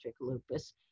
lupus